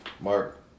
Mark